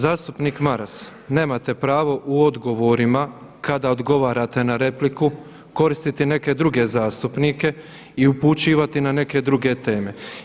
Zastupnik Maras, nemate pravo u odgovorima kada odgovarate na repliku koristiti neke druge zastupnike i upućivati na neke druge teme.